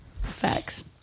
facts